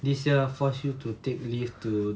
this year force you to take leave to